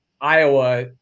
Iowa